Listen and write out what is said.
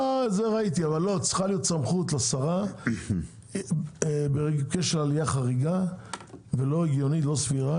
צריכה להיות סמכות לשרה בקשר לעלייה חריגה ולא סבירה,